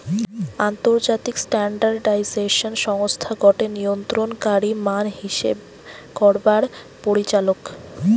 আন্তর্জাতিক স্ট্যান্ডার্ডাইজেশন সংস্থা গটে নিয়ন্ত্রণকারী মান হিসেব করবার পরিচালক